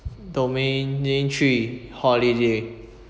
domain day three holiday